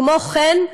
כל הכבוד.